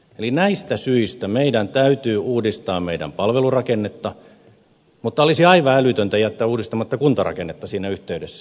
eli näistä syistä meidän täytyy uudistaa palvelurakennetta mutta olisi aivan älytöntä jättää uudistamatta kuntarakennetta siinä yhteydessä